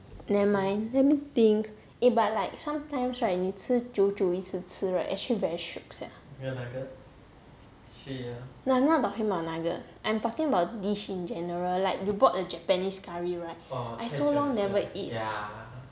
never mind let me think eh but like sometimes [right] 你吃久久一次 right actually very shiok sia no I'm not talking about the nugget I'm talking about dish in general like you bought a japanese curry right I so long never eat